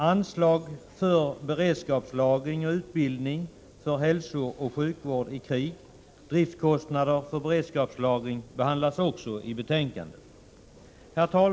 Anslag för Beredskapslagring och utbildning m.m. för hälsooch sjukvård i krig samt för driftkostnader för beredskapslagring behandlas också i betänkandet.